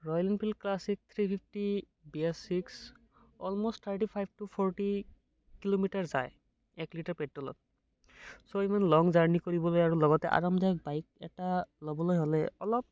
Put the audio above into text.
royal Enfield Classic three fifty B L six almost thirty five to forty kilometre যায় এক litre পেট্ৰলত ছ' ইমান লং জাৰ্ণি কৰিবলৈ আৰু লগতে আৰামদায়ক বাইক এটা ল'বলৈ হ'লে অলপ